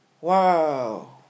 Wow